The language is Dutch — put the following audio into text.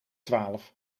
twaalf